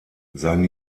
sein